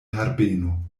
herbeno